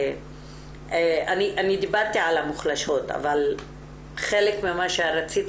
אני דיברתי על המוחלשות אבל חלק ממה שרציתי